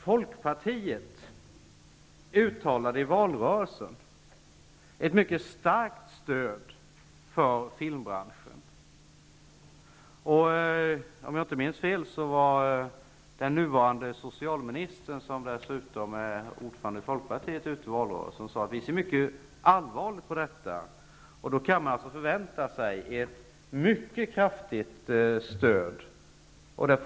Folkpartiet uttalade i valrörelsen ett mycket starkt stöd för filmbranschen. Om jag inte minns fel var den nuvarande socialministern, som dessutom är ordförande i Folkpartiet, ute i valrörelsen och sade att man såg mycket allvarligt på detta. Man kan alltså förvänta sig ett mycket kraftigt stöd.